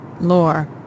Lore